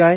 I